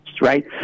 Right